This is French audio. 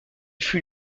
fut